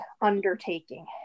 undertaking